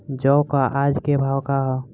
जौ क आज के भाव का ह?